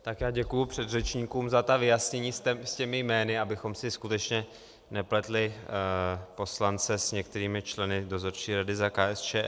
Tak já děkuji předřečníkům za ta vyjasnění s těmi jmény, abychom si skutečně nepletli poslance s některými členy dozorčí rady za KSČM.